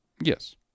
yes